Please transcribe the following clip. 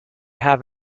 have